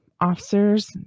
officers